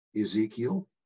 Ezekiel